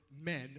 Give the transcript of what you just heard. men